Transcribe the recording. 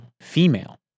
female